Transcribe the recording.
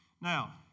Now